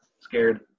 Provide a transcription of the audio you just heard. scared